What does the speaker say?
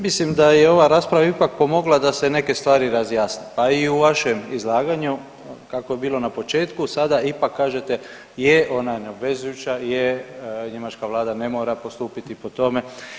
Mislim, mislim da je ova rasprava ipak pomogla da se neke stvari razjasne, pa i u vašem izlaganju kako je bilo na početku sada ipak kažete je ona je neobvezujuća, je njemačka vlada ne mora postupiti po tome.